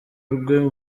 urwe